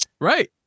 Right